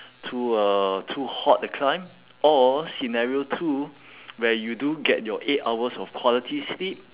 too uh too hot to climb or scenario two where you do get your eight hours of quality sleep